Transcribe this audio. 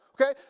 Okay